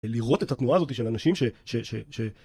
לראות את התנועה הזאת של האנשים ש...